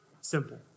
simple